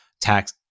tax